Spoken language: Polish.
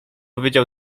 wiedział